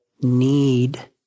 need